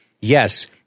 yes